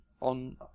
on